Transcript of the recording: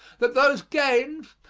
that those gains,